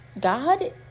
God